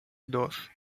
dos